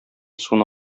суны